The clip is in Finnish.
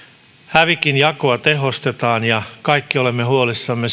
hävikin jakoa tehostetaan ja kaikki olemme huolissamme